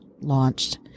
launched